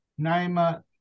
Naima